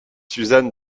suzanne